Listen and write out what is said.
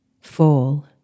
Fall